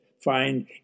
find